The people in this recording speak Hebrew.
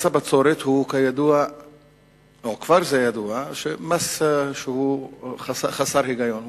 מס הבצורת, כבר ידוע שהוא מס חסר היגיון.